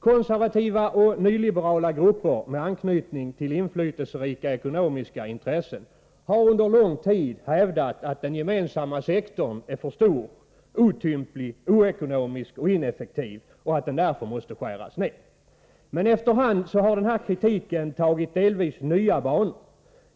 Konservativa och nyliberala grupper med anknytning till inflytelserika ekonomiska intressen har under lång tid hävdat att den gemensamma sektorn är för stor, otymplig, ockonomisk och ineffektiv och att den därför måste skäras ner. Men efter hand har kritiken tagit delvis nya banor.